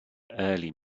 early